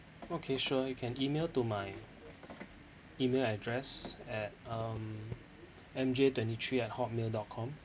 okay sure you can email to my email address at um M J twenty three at hotmail dot com